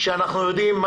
כשאנחנו יודעים,